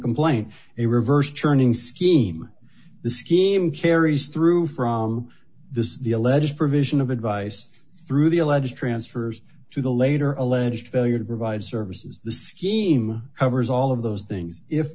complaint a reverse churning scheme the scheme carries through from this the alleged provision of advice through the alleged transfers to the later alleged failure to provide services the scheme covers all of those things if